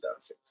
2006